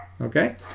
Okay